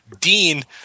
Dean